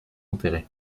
enterré